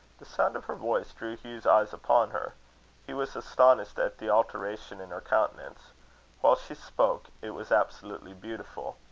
the sound of her voice drew hugh's eyes upon her he was astonished at the alteration in her countenance while she spoke it was absolutely beautiful.